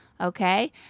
Okay